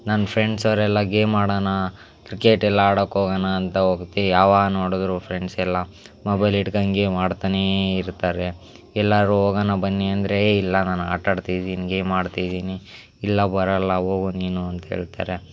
ನನ್ನ ಫ್ರೆಂಡ್ಸ್ ಅವರೆಲ್ಲ ಗೇಮ್ ಆಡೋಣ ಕ್ರಿಕೆಟೆಲ್ಲ ಆಡಕ್ಕೆ ಹೋಗಣ ಅಂತ ಹೋಗ್ತೀ ಯಾವಾಗ ನೋಡಿದ್ರು ಫ್ರೆಂಡ್ಸೆಲ್ಲ ಮೊಬೈಲ್ ಹಿಡ್ಕಂಡು ಗೇಮ್ ಆಡ್ತನೇ ಇರ್ತಾರೆ ಎಲ್ಲಾದ್ರು ಹೋಗಣ ಬನ್ನಿ ಅಂದರೆ ಏಯ್ ಇಲ್ಲ ನಾನು ಆಟಾಡ್ತಿದೀನಿ ಗೇಮ್ ಆಡ್ತಿದ್ದೀನಿ ಇಲ್ಲ ಬರೋಲ್ಲ ಹೋಗು ನೀನು ಅಂತ ಹೇಳ್ತಾರೆ